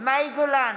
מאי גולן,